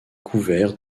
couvert